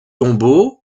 tombeau